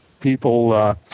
people